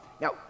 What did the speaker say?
Now